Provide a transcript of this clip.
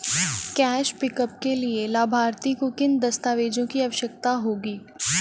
Cash pickup के लिए लाभार्थी को किन दस्तावेजों की आवश्यकता होगी?